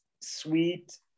sweet